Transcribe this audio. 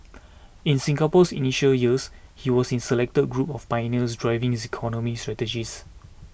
in Singapore's initial years he was in select group of pioneers driving its economic strategies